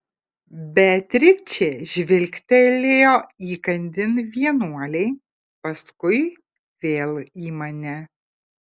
beatričė žvilgtelėjo įkandin vienuolei paskui vėl į mane